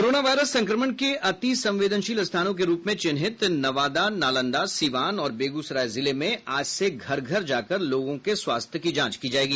corona virus संक्रमण के अति संवेदनशील स्थानों के रूप में चिन्हित नवादा नालंदा सीवान और बेगूसराय जिले में आज से घर घर जाकर लोगों के स्वास्थ्य की जांच की जायेगी